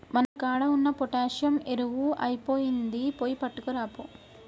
మన కాడ ఉన్న పొటాషియం ఎరువు ఐపొయినింది, పోయి పట్కరాపో